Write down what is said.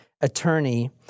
Attorney